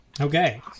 Okay